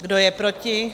Kdo je proti?